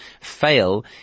fail